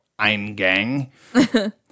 Eingang